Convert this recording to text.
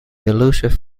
elusive